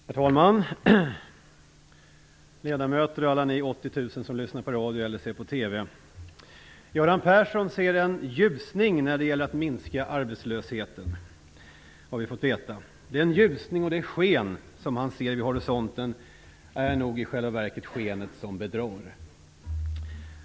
Herr talman! Ledamöter! Alla ni 80 000 som lyssnar på radio eller ser på TV! Göran Persson ser en ljusning när det gäller att minska arbetslösheten, har vi fått veta. Den ljusning och det sken som han ser vid horisonten är nog i själva verket skenet som bedrar.